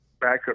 backup